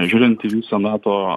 žiūrint į visą nato